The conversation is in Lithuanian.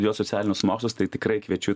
jo socialinius mokslus tai tikrai kviečiu